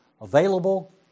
available